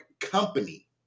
company